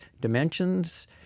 dimensions